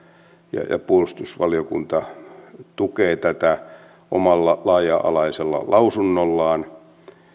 ja jota puolustusvaliokunta tukee omalla laaja alaisella lausunnollaan